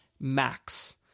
max